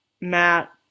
Matt